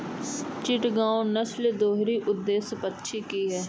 चिटगांव नस्ल दोहरी उद्देश्य पक्षी की है